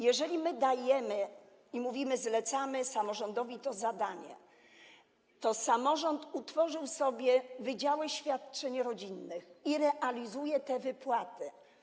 Jeżeli dajemy, zlecamy samorządowi to zadanie, to samorząd tworzy sobie wydziały świadczeń rodzinnych i realizuje te wypłaty.